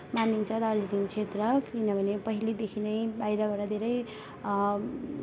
मानिन्छ दार्जिलिङ क्षेत्र किनभने पहिलेदेखि नै बाहिरबाट धेरै